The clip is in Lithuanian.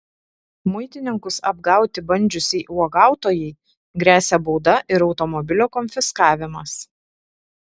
muitininkus apgauti bandžiusiai uogautojai gresia bauda ir automobilio konfiskavimas